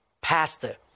pastor